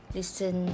listen